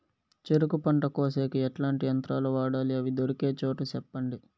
చెరుకు పంట కోసేకి ఎట్లాంటి యంత్రాలు వాడాలి? అవి దొరికే చోటు చెప్పండి?